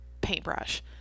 paintbrush